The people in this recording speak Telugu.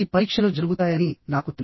పరీక్షలు జరుగుతాయని నాకు తెలుసు